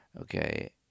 Okay